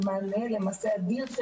זה מענה למעשה אדיר,